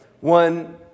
one